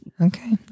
okay